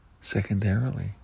Secondarily